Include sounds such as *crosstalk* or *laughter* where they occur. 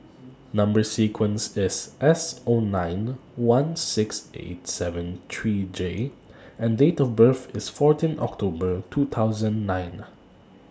Number sequence IS S O nine one six eight seven three J and Date of birth IS fourteen October two thousand nine *noise*